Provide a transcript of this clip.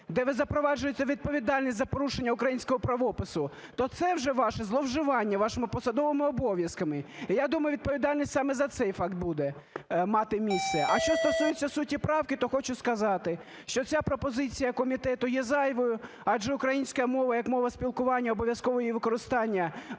1, де запроваджуєте відповідальність за порушення українського правопису, то це вже ваше зловживання вашими посадовими обов'язками. Я думаю, відповідальність саме за цей факт буде мати місце. А що стосується суті правки, то хочу сказати, що ця пропозиція комітету є зайвою, адже українська мова як мова спілкування, обов'язкове її використання в